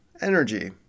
energy